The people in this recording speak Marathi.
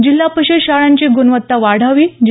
जिल्हा परिषद शाळांची गुणवत्ता वाढावी जि